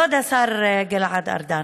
כבוד השר גלעד ארדן,